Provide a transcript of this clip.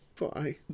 Bye